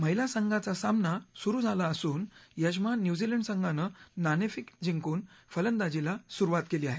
महिला संघाचा सामना सुरु झाला असून यजमान न्यूझीलंड संघानं नाणेफेक जिंकून फलंदाजीला सुरुवात केली आहे